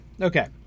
Okay